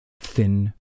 thin